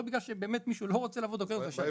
לא בגלל שמישהו לא רוצה לעבוד או כן רוצה לעבוד.